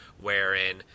wherein